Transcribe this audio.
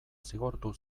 zigortu